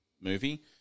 movie